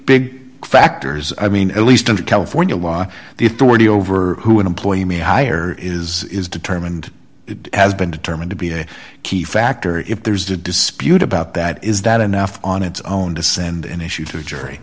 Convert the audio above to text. big factors i mean at least under california law the authority over who an employee may hire is is determined has been determined to be a key factor if there's a dispute about that is that enough on its own to send an issue to the jury